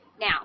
Now